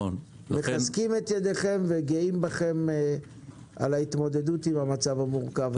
מחזקים את ידיכם וגאים בכם על ההתמודדות עם המצב המורכב.